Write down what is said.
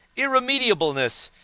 irremediableness